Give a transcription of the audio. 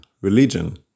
religion